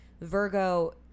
Virgo